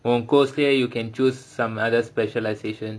on course year you can choose some other specialisation